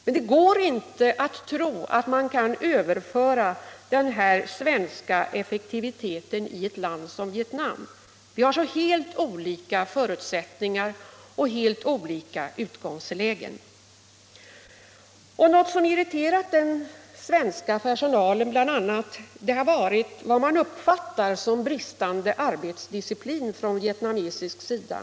Men det går inte att tro att man kan överföra den här svenska effektiviteten till ett land som Vietnam. Vi har så helt olika förutsättningar och helt olika utgångslägen. Något som bl.a. irriterat den svenska personalen har varit vad man uppfattar som bristande arbetsdisciplin från vietnamesisk sida.